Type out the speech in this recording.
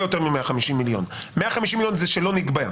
יותר מ-150,000,000 150,000,000 זה מה שלא נגבה,